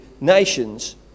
nations